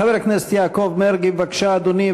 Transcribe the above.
חבר הכנסת יעקב מרגי, בבקשה, אדוני.